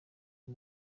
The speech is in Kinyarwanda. uyu